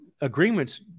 agreements